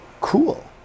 cool